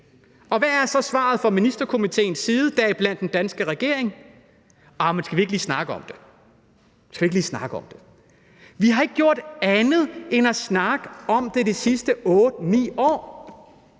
Hvad er så svaret fra Ministerkomiteens side, deriblandt den danske regering? Arh, men skal vi ikke lige snakke om det? Vi har ikke gjort andet end at snakke om det de sidste 8-9 år.